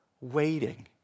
waiting